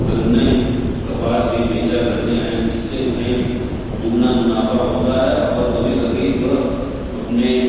गन्ने कपास भी बेचा करते हैं जिससे उन्हें दोगुना मुनाफ़ा होता है और कभी कभी वह अपने